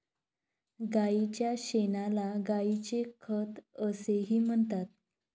गायीच्या शेणाला गायीचे खत असेही म्हणतात